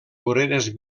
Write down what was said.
voreres